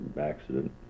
accident